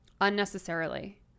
unnecessarily